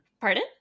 Pardon